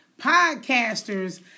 Podcasters